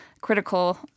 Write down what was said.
critical